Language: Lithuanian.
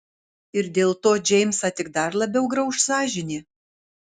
ir dėl to džeimsą tik dar labiau grauš sąžinė